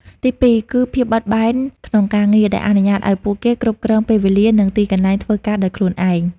ទីពីរ គឺ ភាពបត់បែនក្នុងការងារ ដែលអនុញ្ញាតឱ្យពួកគេគ្រប់គ្រងពេលវេលា និងទីកន្លែងធ្វើការដោយខ្លួនឯង។